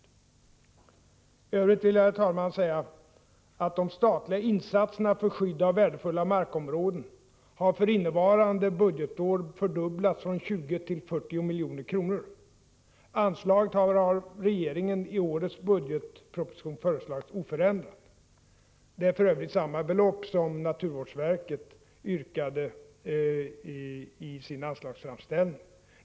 I övrigt vill jag säga, herr talman, att de statliga insatserna för skydd av värdefulla markområden för innevarande budgetår har fördubblats från 20 till 40 milj.kr. Anslaget har av regeringen i årets budgetproposition föreslagits oförändrat. Det är för övrigt samma belopp som naturvårdsverket yrkat i sin anslagsframställning.